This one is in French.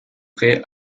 prêts